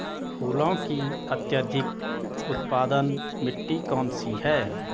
फूलों की अत्यधिक उत्पादन मिट्टी कौन सी है?